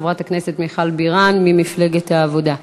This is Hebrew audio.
חברת הכנסת מיכל בירן ממפלגת העבודה.